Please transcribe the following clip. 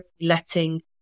letting